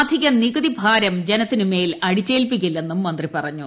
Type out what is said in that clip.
അധിക നികുതി ഭാരം ജനത്തിനുമേൽ അടിച്ചേൽപ്പിക്കില്ലെന്നും മന്ത്രി പറഞ്ഞു